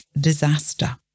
disaster